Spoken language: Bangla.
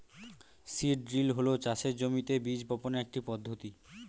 সিড ড্রিল হল চাষের জমিতে বীজ বপনের একটি পদ্ধতি